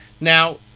Now